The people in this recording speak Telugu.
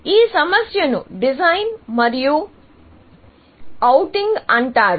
ఈ సమస్యను డిజైన్ మరియు ఔటింగ్ అంటారు